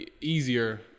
easier